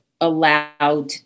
allowed